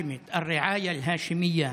ההאשמית, א-ריעאיה אל-האשמיה,